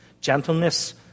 gentleness